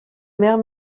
mère